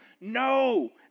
No